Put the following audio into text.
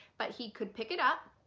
but he could pick it up,